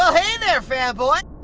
ah hey there, fanboy! ah,